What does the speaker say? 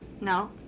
No